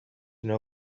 know